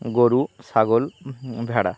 গরু ছাগল ভেড়া